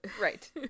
Right